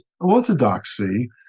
orthodoxy